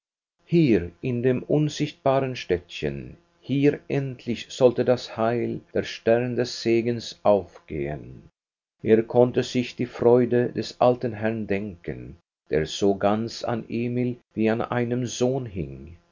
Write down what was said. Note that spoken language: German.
hier in dem unscheinbaren städtchen hier endlich sollte das heil der stern des segens aufgehen er konnte sich die freude des alten herrn denken der so ganz an emil wie an einem sohn hing